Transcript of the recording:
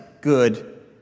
good